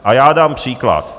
A já dám příklad.